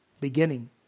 Beginning